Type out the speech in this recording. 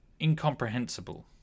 incomprehensible